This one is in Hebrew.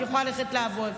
את יכולה ללכת לעבוד,